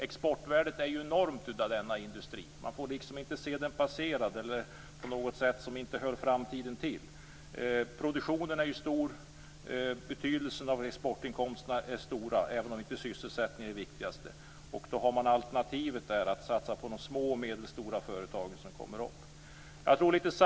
Exportvärdet inom denna industri är enormt. Den får inte passeras på något sätt som inte hör framtiden till. Produktionen är stor, betydelsen av exportinkomsterna är stora, även om sysselsättningen inte är det viktigaste. Alternativet är att satsa på de små och medelstora företag som är på väg upp.